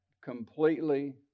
completely